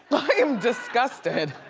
am disgusted.